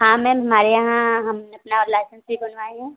हाँ मैम हमारे यहाँ हमने अपना लायसेंस भी बनवाए हैं